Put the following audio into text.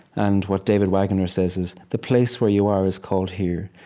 and what david wagoner says is, the place where you are is called here,